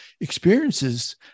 experiences